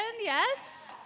yes